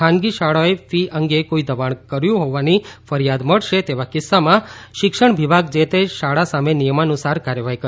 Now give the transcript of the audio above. ખાનગી શાળાએ ફી અંગે કોઇ દબાણ કર્યું હોવાની ફરિયાદ મળશે તેવા કિસ્સામાં શિક્ષણ વિભાગ જે તે શાળા સામે નિયમાનુસાર કાર્યવાહી કરશે